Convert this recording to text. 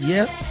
Yes